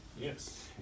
Yes